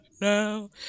now